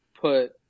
put